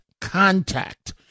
contact